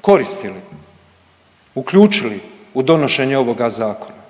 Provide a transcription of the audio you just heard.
koristili, uključili u donošenje ovoga Zakona?